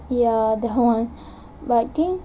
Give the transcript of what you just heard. ya that one but I think